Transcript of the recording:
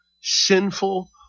sinful